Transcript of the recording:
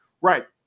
Right